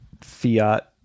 Fiat